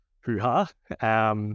hoo-ha